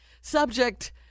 Subject